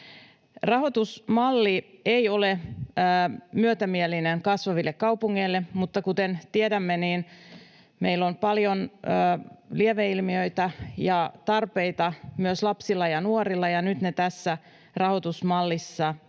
Rahoitusmalli ei ole myötämielinen kasvaville kaupungeille, mutta kuten tiedämme, meillä on paljon lieveilmiöitä ja tarpeita myös lapsilla ja nuorilla, ja nyt ne tässä rahoitusmallissa